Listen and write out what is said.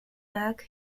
mac